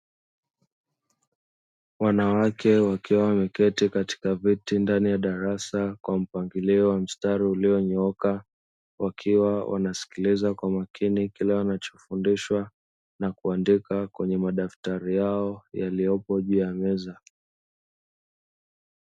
Wanawake wakiwa wameketi ndani darasa kwa mpangilio wa mstari ulionyooka, wakiwa wanasikiliza kwa makini wanachofundishwa na kuandika katika madaftari yao aliyopo juu meza.